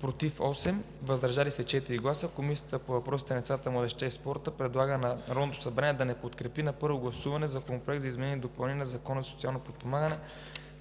„против“ 8 и „въздържал се“ 4, Комисията по въпросите на децата, младежта и спорта предлага на Народното събрание да не подкрепи на първо гласуване Законопроект за изменение и допълнение на Закона за социално подпомагане,